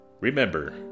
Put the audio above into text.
remember